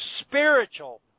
spiritual